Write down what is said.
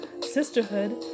sisterhood